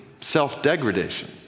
self-degradation